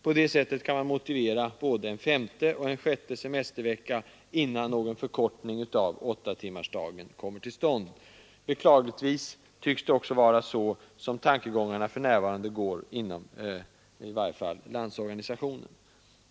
På det sättet kan man motivera både en femte och sjätte semestervecka innan någon förkortning av åttatimmarsdagen kommer till stånd. Beklagligtvis tycks det också vara så tankegångarna för närvarande går inom i varje fall Landsorganisationen.